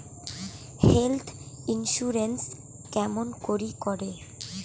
Health insurance কেমন করি করে?